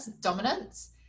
dominance